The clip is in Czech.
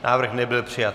Návrh nebyl přijat.